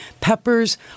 peppers